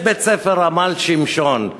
יש בית-ספר "עמל שמשון",